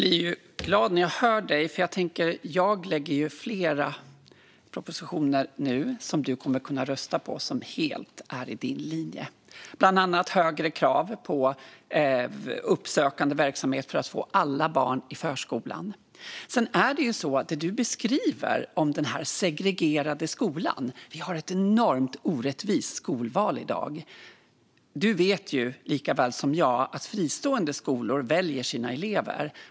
Fru talman! Jag blir glad när jag hör Arin Karapet. Jag lägger ju nu fram flera propositioner som helt är i hans linje och som han kommer att kunna rösta på. Det handlar bland annat om högre krav på uppsökande verksamhet för att få alla barn till förskolan. Arin Karapet beskriver den segregerade skolan. Vi har ett enormt orättvist skolval i dag. Arin Karapet vet lika väl som jag att fristående skolor väljer sina elever.